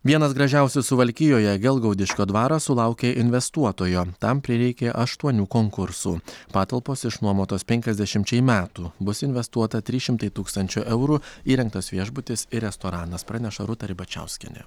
vienas gražiausių suvalkijoje gelgaudiškio dvaras sulaukė investuotojo tam prireikė aštuonių konkursų patalpos išnuomotos penkiasdešimčiai metų bus investuota trys šimtai tūkstančių eurų įrengtas viešbutis ir restoranas praneša rūta ribačiauskienė